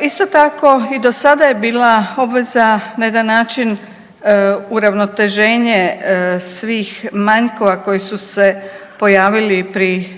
Isto tako i do sada je bila obveza na jedan način uravnoteženje svih manjkova koji su se pojavili pri